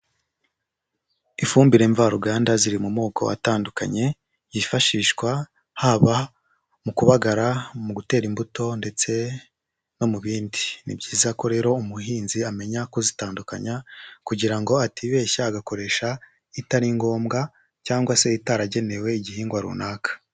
Ifumbire mvaruganda ziri mu moko atandukanye yifashishwa haba mu kubagara, mu gutera imbuto ndetse no mu bindi, ni byiza ko rero umuhinzi amenya kuzitandukanya kugira ngo atibeshya agakoresha itari ngombwa cyangwa se itaragenewe igihingwa runaka.